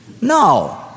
No